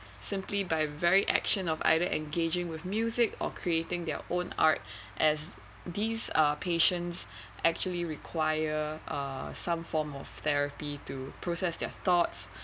simply by very action of either engaging with music or creating their own art as these are patients actually require uh some form of therapy to process their thoughts